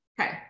Okay